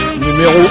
numéro